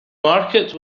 market